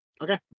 Okay